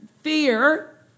fear